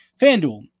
Fanduel